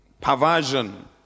perversion